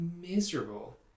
miserable